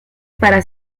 para